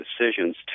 decisions